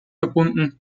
verbunden